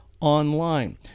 online